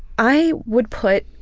i would put